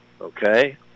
okay